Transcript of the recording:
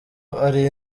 ari